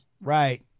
Right